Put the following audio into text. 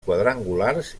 quadrangulars